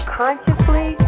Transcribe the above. consciously